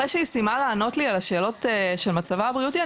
אחרי שהיא סיימה לענות לי על השאלות של מצבה הבריאותי,